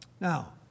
Now